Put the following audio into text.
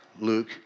Luke